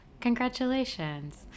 Congratulations